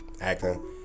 acting